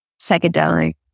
psychedelic